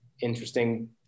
interesting